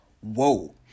Whoa